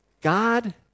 God